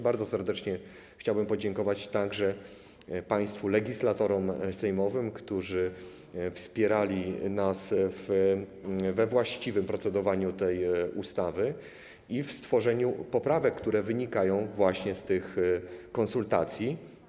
Bardzo serdecznie chciałbym podziękować także państwu legislatorom sejmowym, którzy wspierali nas we właściwym procedowaniu nad tą ustawą i w stworzeniu poprawek, które wynikają z konsultacji.